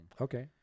Okay